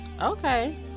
Okay